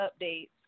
updates